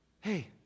hey